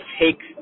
take